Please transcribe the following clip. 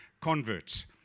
converts